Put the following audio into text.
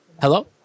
Hello